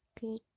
good